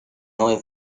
neue